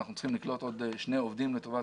אנחנו צריכים לקלוט עוד שני עובדים לטובת